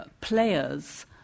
players